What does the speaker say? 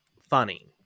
funny